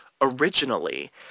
originally